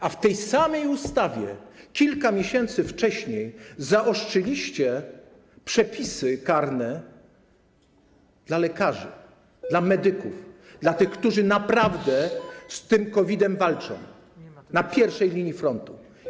A w tej samej ustawie kilka miesięcy wcześniej zaostrzyliście przepisy karne dla lekarzy, dla medyków, dla tych, którzy naprawdę z tym COVID-em walczą na pierwszej linii frontu.